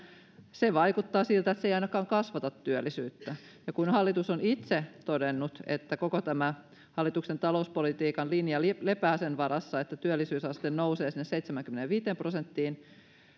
vaikuttaa siltä että se ei ainakaan kasvata työllisyyttä kun hallitus on itse todennut että koko tämä hallituksen talouspolitiikan linja lepää sen varassa että työllisyysaste nousee sinne seitsemäänkymmeneenviiteen prosenttiin